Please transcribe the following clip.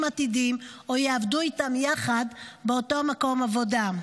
עתידיים או יעבדו איתם יחד באותו מקום עבודה.